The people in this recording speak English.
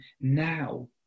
now